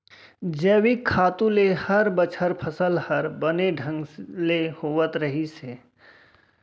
जैविक खातू ले हर बछर फसल हर बने ढंग ले होवत रहिस हे